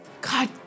god